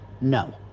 No